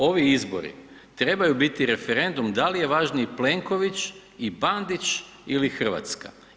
Ovi izbori trebaju biti referendum da li je važniji Plenković i Bandić ili Hrvatska.